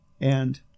And-